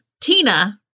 Tina